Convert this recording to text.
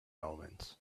omens